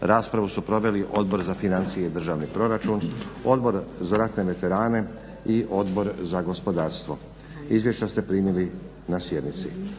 Raspravu su proveli Odbor za financije i državni proračun, Odbor za ratne veterane i Odbor za gospodarstvo. Izvješća ste primili na sjednici.